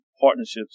partnerships